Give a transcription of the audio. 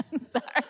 Sorry